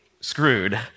screwed